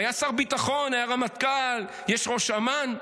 היה שר ביטחון, היה רמטכ"ל, יש ראש אמ"ן.